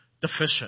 deficient